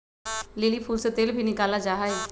lily फूल से तेल भी निकाला जाहई